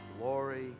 glory